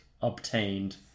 obtained